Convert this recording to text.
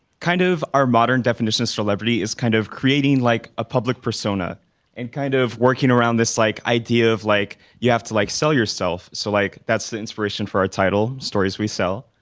kind of our modern definition of celebrity is kind of creating like a public persona and kind of working around this like idea of like you have to, like sell yourself. so, like that's the inspiration for our title, stories we sell.